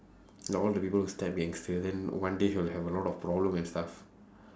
ya all the people who step gangster then one day he'll have a lot of problem and stuff